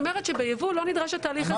בייבוא לא נדרש התהליך.